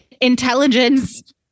Intelligence